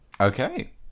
Okay